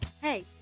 Hey